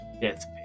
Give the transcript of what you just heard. death